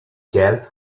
jail